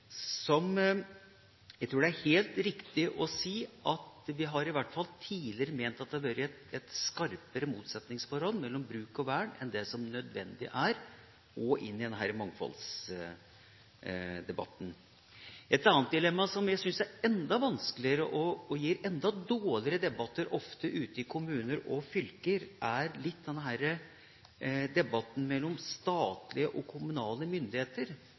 Jeg tror det er helt riktig å si at vi i hvert fall tidligere har ment at det har vært et skarpere motsetningsforhold mellom bruk og vern enn det som nødvendig er, også i denne mangfoldsdebatten. Et annet dilemma, som jeg syns er enda vanskeligere og ofte gir enda dårligere debatter ute i kommuner og fylker, er debatten mellom statlige og kommunale myndigheter,